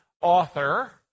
author